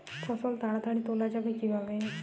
ফসল তাড়াতাড়ি তোলা যাবে কিভাবে?